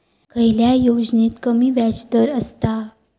खयल्या योजनेत कमी व्याजदर असता?